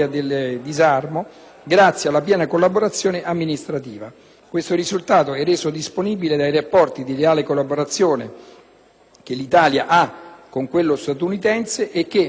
che l'Italia ha con il Governo statunitense, anche con la nuova amministrazione del nuovo presidente degli Stati Uniti d'America, Barack Obama, che l'Italia dei Valori ha salutato con entusiasmo.